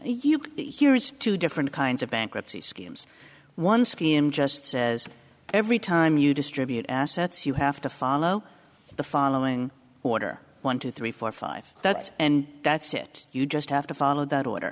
you here's two different kinds of bankruptcy schemes one scheme just says every time you distribute assets you have to follow the following order one two three four five that's and that's it you just have to follow that order